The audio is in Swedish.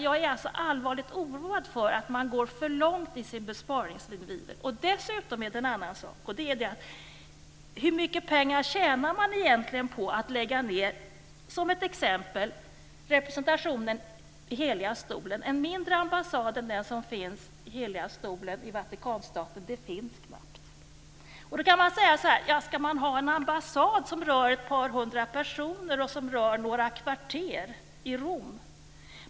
Jag är allvarligt oroad över att man går för långt i sin besparingsiver. En annan sak är hur mycket pengar man egentligen tjänar på att lägga ned, som ett exempel, representationen vid Heliga stolen. En mindre ambassad än den vid Heliga stolen i Vatikanstaten finns knappt. Då kan man invända: Ska man ha en ambassad som rör ett par hundra personer och som rör några kvarter i Rom?